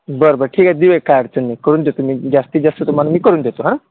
बरं बरं ठीक आहे देऊया काय अडचण नाही करून देतो मी जास्तीत जास्त तुम्हाला मी करून देतो हां